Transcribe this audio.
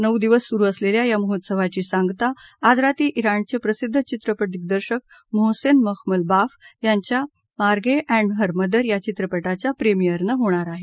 नऊ दिवस सुरु असलेल्या या महोत्सवाची सांगता आज रात्री ज्ञाणचे प्रसिद्ध चित्रपट दिग्दर्शक मोहसेन मखमलबाफ यांच्या मार्घे एण्ड हर मदर या चित्रपटाच्या प्रिमिअरनं होणार आहे